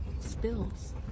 Spills